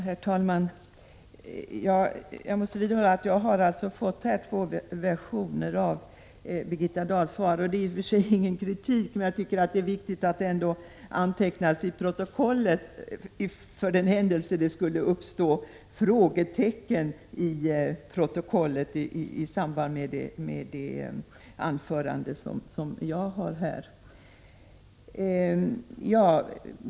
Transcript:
Herr talman! Jag måste vidhålla att jag här fått två versioner av Birgitta Dahls svar. Det är i och för sig ingen kritik mot statsrådet, men jag tycker att det är viktigt att det antecknas till protokollet, för den händelse att det skulle uppstå frågetecken i samband med det anförande som jag håller.